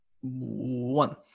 one